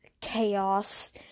chaos